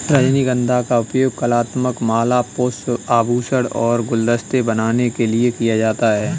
रजनीगंधा का उपयोग कलात्मक माला, पुष्प, आभूषण और गुलदस्ते बनाने के लिए किया जाता है